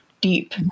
deep